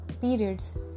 periods